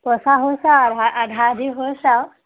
আধা আধি হৈছে আৰু